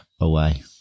away